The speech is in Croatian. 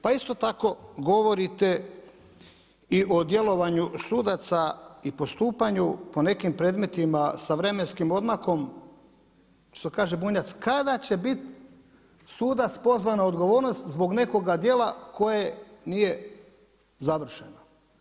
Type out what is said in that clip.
Pa isto tako govorite i o djelovanju sudaca i postupanju po nekim predmetima sa vremenskim odmakom, što kaže Bunjac, kada će biti sudac pozvan na odgovornost zbog nekoga djela koje nije završeno?